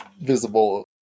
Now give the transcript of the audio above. visible